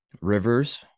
rivers